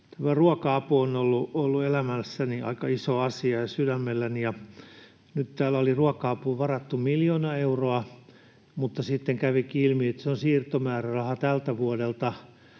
Ruoka-apu on ollut sydämelläni ja elämässäni aika iso asia. Nyt täällä oli ruoka-apuun varattu miljoona euroa, mutta sitten kävikin ilmi, että se on siirtomääräraha tältä vuodelta.